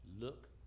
Look